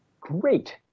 great